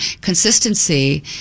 consistency